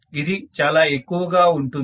ఇది చాలా ఎక్కువ గా ఉంటుంది